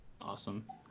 awesome